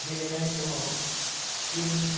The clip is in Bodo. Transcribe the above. गेलेनाय समाव टिमनि